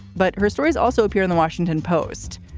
but her stories also appear in the washington post.